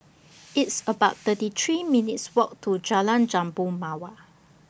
It's about thirty three minutes' Walk to Jalan Jambu Mawar